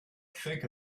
think